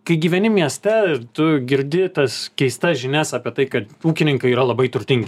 kai gyveni mieste ir tu girdi tas keistas žinias apie tai kad ūkininkai yra labai turtingi